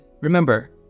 remember